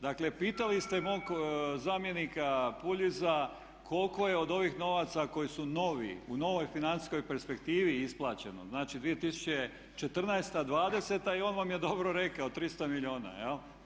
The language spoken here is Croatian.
Dakle, pitali ste mog zamjenika Puljiza koliko je od ovih novaca koji su novi, u novoj financijskoj perspektivi isplaćeni, znači 2014.-2020. i on vam je dobro rekao 300 milijuna jel'